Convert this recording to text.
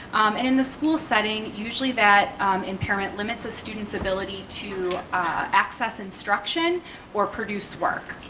and in the school setting usually that impairment limits a student's ability to access instruction or produce work.